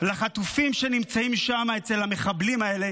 לחטופים שנמצאים שם, אצל המחבלים האלה.